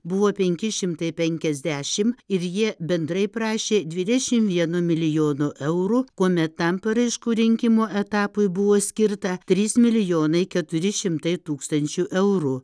buvo penki šimtai penkiasdešim ir jie bendrai prašė dvidešim vieno milijono eurų kuome tam paraiškų rinkimo etapui buvo skirta trys milijonai keturi šimtai tūkstančių eurų